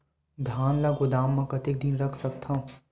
धान ल गोदाम म कतेक दिन रख सकथव?